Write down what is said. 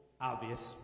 obvious